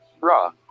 raw